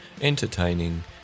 entertaining